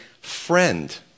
friend